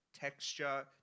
texture